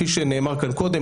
כפי שנאמר כאן קודם,